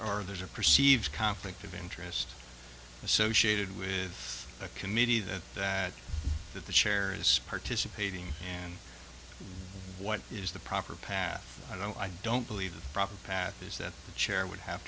or there's a perceived conflict of interest associated with the committee that that that the chair is participating and what is the proper path i don't i don't believe the proper path is that the chair would have